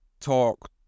talk